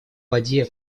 воде